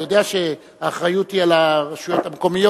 אני יודע שהאחריות היא על הרשויות המקומיות,